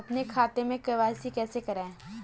अपने खाते में के.वाई.सी कैसे कराएँ?